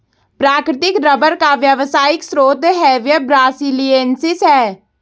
प्राकृतिक रबर का व्यावसायिक स्रोत हेविया ब्रासिलिएन्सिस है